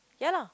ya lah